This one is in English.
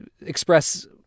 express